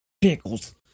pickles